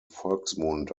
volksmund